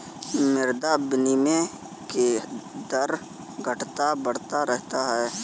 मुद्रा विनिमय के दर घटता बढ़ता रहता है